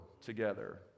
together